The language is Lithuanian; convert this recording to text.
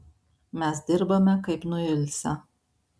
mes dirbame kaip nuilsę